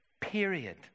period